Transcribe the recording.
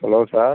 hello sir